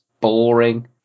boring